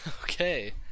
Okay